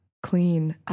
Clean